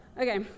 Okay